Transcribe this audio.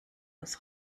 aus